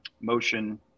motion